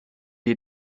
die